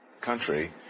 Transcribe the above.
country